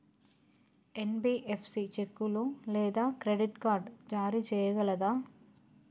NBFC చెక్కులు లేదా credit card జారీ చేయగలదా?